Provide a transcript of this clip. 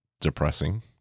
depressing